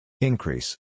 Increase